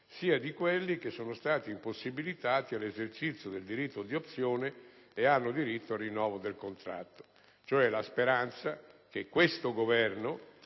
sia di quelli che sono stati impossibilitati all'esercizio del diritto di opzione e hanno diritto al rinnovo del contratto». La speranza è che questo Governo,